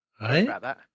Right